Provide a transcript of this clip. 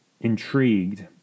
intrigued